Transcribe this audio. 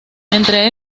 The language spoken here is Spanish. entre